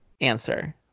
answer